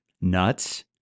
Nuts